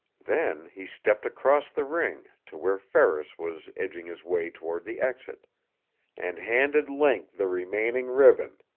then he stepped across the ring to where ferris was edging his way toward the exit and handed link the remaining ribbon.